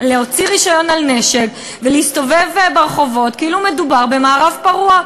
להוציא רישיון לנשק ולהסתובב ברחובות כאילו מדובר במערב פרוע.